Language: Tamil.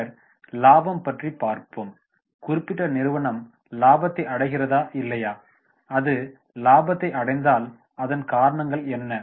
பின்னர் லாபம் பற்றி பார்ப்போம் குறிப்பிட்ட நிறுவனம் லாபத்தை அடைகிறதா இல்லையா அது லாபத்தை அடைந்தால் அதன் காரணங்கள் என்ன